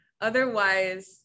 Otherwise